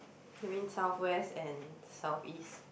you mean southwest and southeast